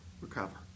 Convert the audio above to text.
recover